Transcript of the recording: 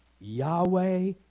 Yahweh